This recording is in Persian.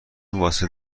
واسه